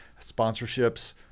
sponsorships